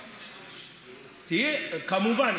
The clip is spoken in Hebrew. כמובן,